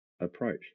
approach